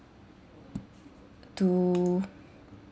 to